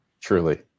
Truly